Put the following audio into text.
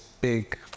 big